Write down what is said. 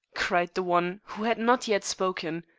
cried the one who had not yet spoken.